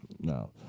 no